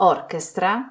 Orchestra